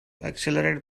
accelerate